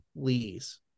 please